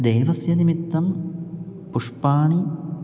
देवस्य निमित्तं पुष्पाणि